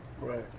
Right